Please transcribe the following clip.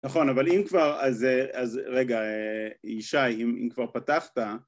נכון, אבל אם כבר, אז רגע, אישה, אם כבר פתחת